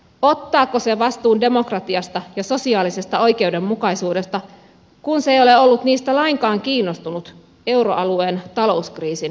ottaako se vastuun demokratiasta ja sosiaalisesta oikeudenmukaisuudesta kun se ei ole ollut niistä lainkaan kiinnostunut euroalueen talouskriisin hoitamisessa